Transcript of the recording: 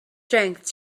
strength